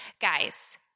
Guys